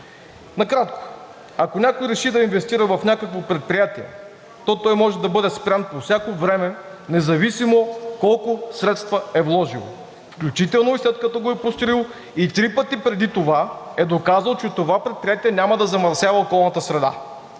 Накратко, ако някой реши да инвестира в някакво предприятие, то той може да бъде спрян по всяко време, независимо колко средства е вложил, включително и след като го е построил и три пъти преди това е доказал, че това предприятие няма да замърсява околната среда.